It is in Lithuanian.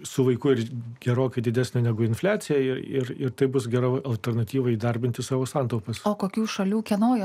su vaiku ir gerokai didesnė negu infliacija ir ir taip bus gera alternatyva įdarbinti savo santaupas o kokių šalių kenoje